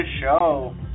show